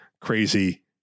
crazy